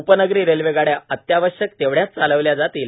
उपनगरी रेल्वे गाड्यां अत्यावश्यक तेवढ्याच चालवल्या जातील